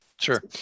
sure